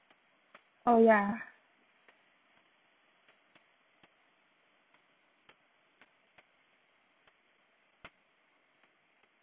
oh yeah